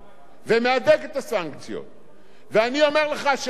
ואני אומר לך שעד שאנחנו באים לתבוע ממדינות העולם